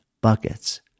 buckets